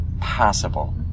possible